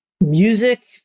music